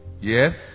Yes